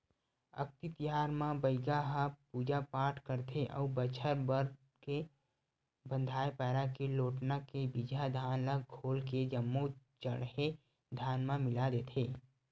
अक्ती तिहार म बइगा ह पूजा पाठ करथे अउ बछर भर ले बंधाए पैरा के लोटना के बिजहा धान ल खोल के जम्मो चड़हे धान म मिला देथे